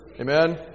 Amen